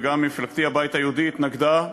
וגם מפלגתי הבית היהודי התנגדה,